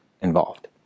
involved